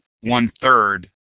one-third